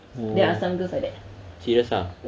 oh serious ah